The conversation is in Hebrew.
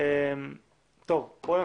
אצלנו בין